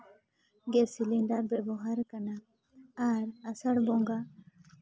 gas cylinder ᱵᱮᱵᱚᱦᱟᱨ ᱟᱠᱟᱱᱟ ᱟᱨ ᱟᱥᱟᱲ ᱵᱚᱸᱜᱟ